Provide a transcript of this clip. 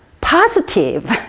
positive